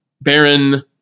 Baron